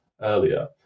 earlier